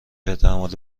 احتمالی